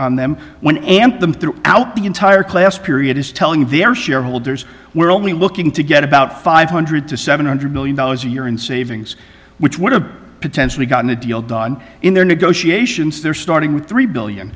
on them when amp them through out the entire class period is telling their shareholders we're only looking to get about five hundred to seven hundred million dollars a year in savings which would have potentially gotten a deal done in their negotiations their starting with three billion